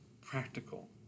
practical